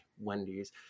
Wendy's